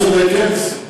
את צודקת,